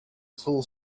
full